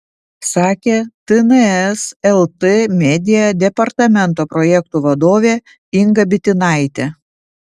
sakė tns lt media departamento projektų vadovė inga bitinaitė